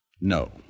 No